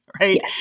Right